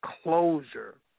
closure